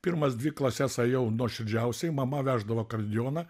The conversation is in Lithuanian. pirmas dvi klases ėjau nuoširdžiausiai mama veždavo akordeoną